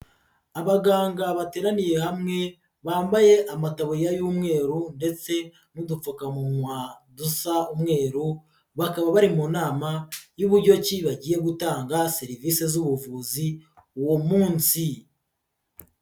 Abaganga bateraniye hamwe bambaye amataburiya y'umweru ndetse n'udupfukamunwa dusa umweru, bakaba bari mu nama y'uburyo ki bagiye gutanga serivisi z'ubuvuzi uwo munsi.